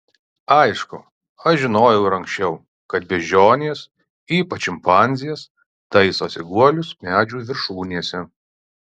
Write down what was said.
aišku aš žinojau ir anksčiau kad beždžionės ypač šimpanzės taisosi guolius medžių viršūnėse